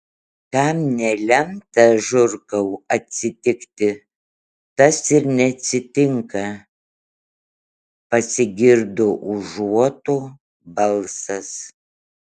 kam nelemta žurkau atsitikt tas ir neatsitinka pasigirdo užuoto balsas